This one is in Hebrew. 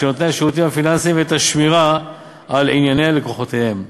נותני השירותים הפיננסיים ואת השמירה על ענייני לקוחותיהם.